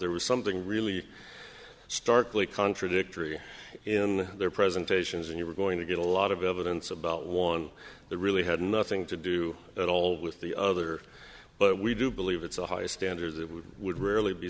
there was something really starkly contradictory in their presentations and you were going to get a lot of evidence about one that really had nothing to do at all with the other but we do believe it's a high standard that we would rarely be